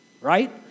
right